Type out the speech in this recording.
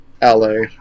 LA